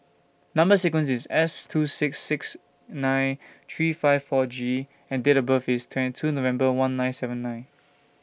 Number sequence IS S two six six nine three five four G and Date of birth IS twenty two November one nine seven nine